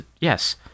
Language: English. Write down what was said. Yes